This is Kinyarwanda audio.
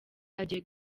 agiye